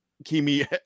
Kimi